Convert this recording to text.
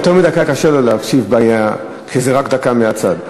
יותר מדקה קשה לו להקשיב, כי זה רק דקה מהצד.